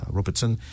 Robertson